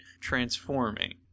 transforming